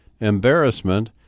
embarrassment